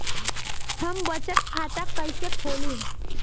हम बचत खाता कइसे खोलीं?